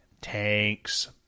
tanks